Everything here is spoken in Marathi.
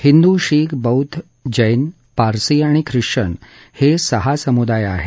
हिंदू शीख बोद्ध जेन पारसी आणि ख्रिश्वन हे सहा समुदाय आहेत